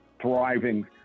thriving